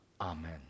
Amen